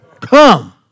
Come